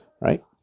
right